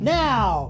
now